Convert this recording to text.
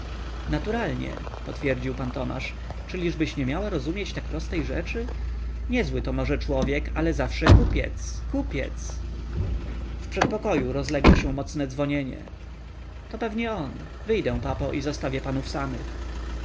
naturalnie potwierdził pan tomasz czyliżbyś nie miała rozumieć tak prostej rzeczy niezły to może człowiek ale zawsze kupiec kupiec w przedpokoju rozległo się mocne dzwonienie to pewnie on wyjdę papo i zostawię panów samych